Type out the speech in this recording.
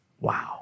wow